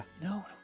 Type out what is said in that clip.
No